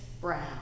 Brown